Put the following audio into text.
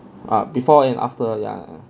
ah before and after yeah